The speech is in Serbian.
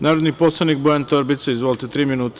Narodni poslanik Bojan Torbica, izvolite, tri minuta.